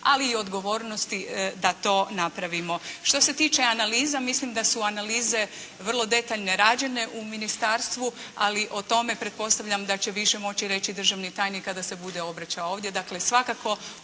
ali i odgovornosti da to napravimo. Što se tiče analiza mislim da su analize vrlo detaljno rađene u ministarstvu ali o tome pretpostavljam da će više moći reći državni tajnik kada se bude obraćao ovdje.